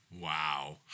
Wow